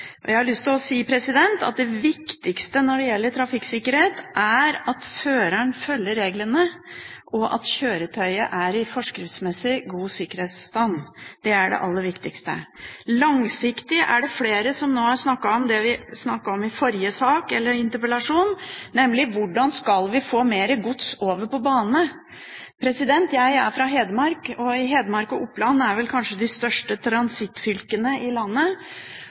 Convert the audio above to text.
i forskriftsmessig god sikkerhetsstand. Det er det aller viktigste. Flere har snakket om det vi snakket om i forrige interpellasjon, nemlig å tenke langsiktig med tanke på hvordan vi skal få mer gods over på bane. Jeg er fra Hedmark. Hedmark og Oppland er kanskje de største transittfylkene i landet,